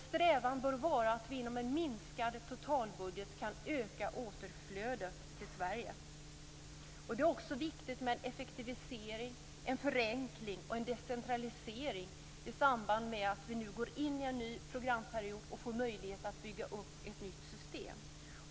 Strävan bör vara att inom en minskad totalbudget öka återflödet till Sverige. Det är också viktigt med en effektivisering, en förenkling och en decentralisering i samband med att vi går in i en ny programperiod och får möjlighet att bygga upp ett nytt system.